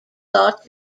thought